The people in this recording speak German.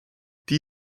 die